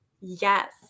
yes